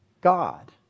God